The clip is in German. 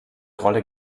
rolle